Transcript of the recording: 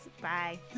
Bye